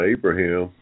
Abraham